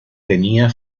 tenía